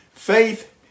Faith